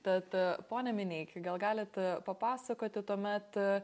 tad pone mineiki gal galit papasakoti tuomet